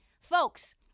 Folks